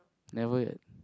never yet